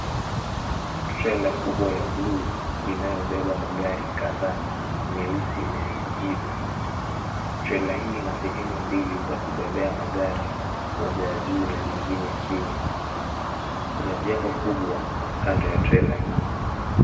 Trailer kubwa ya bluu inayo beba magari kadhaa meusi na ya kijivu, trailer hii ina sehemu mbili za kubebea magari moja ya juu na nyingine chini kuna jengo kubwa kando ya trailer hii.